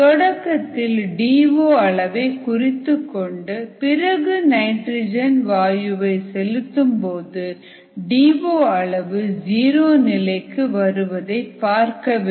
தொடக்கத்தில் D O அளவை குறித்துக் கொண்டு பிறகு நைட்ரஜன் வாயுவை செலுத்தும்போது டி ஓ அளவு ஜீரோ நிலைக்கு வருவதை பார்க்க வேண்டும்